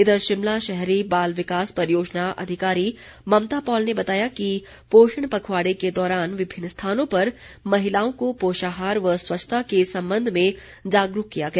इधर शिमला शहरी बाल विकास परियोजना अधिकारी ममता पॉल ने बताया कि पोषण पखवाड़े के दौरान विभिन्न स्थानों पर महिलाओं को पोषाहार व स्वच्छता के संबंध में जागरूक किया गया